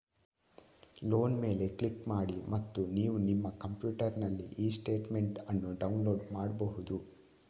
loan ಮೇಲೆ click ಮಾಡಿ ಮತ್ತು ನೀವು ನಿಮ್ಮ ಕಂಪ್ಯೂಟರಿನಲ್ಲಿ ಇ ಸ್ಟೇಟ್ಮೆಂಟ್ ಅನ್ನು ಡೌನ್ಲೋಡ್ ಮಾಡ್ಬಹುದು